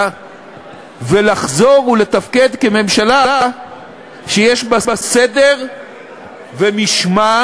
ולחזור לתפקד כממשלה שיש בה סדר ומשמעת,